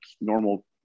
normal